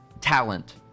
talent